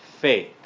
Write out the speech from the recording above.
faith